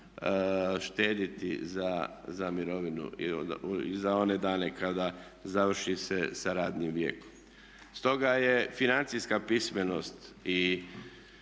štedjeti za mirovinu i za one dane kada završi se sa radnim vijekom. Stoga je financijska pismenost i